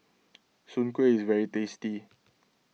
Soon Kuih is very tasty